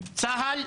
צה"ל.